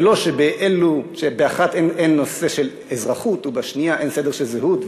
ולא שבאחת אין נושא של אזרחות ובשנייה אין סדר-יום של זהות,